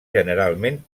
generalment